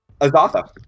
Azotha